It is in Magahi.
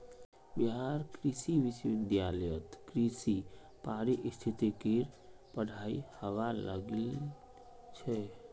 बिहार कृषि विश्वविद्यालयत कृषि पारिस्थितिकीर पढ़ाई हबा लागिल छ